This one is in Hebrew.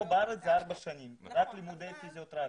בארץ זה ארבע שנים, רק לימודי פיזיותרפיה.